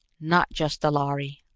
not just the lhari.